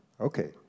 okay